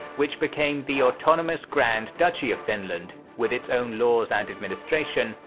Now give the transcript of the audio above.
which became the autonomous grand duchy of finland, with its own laws and administration,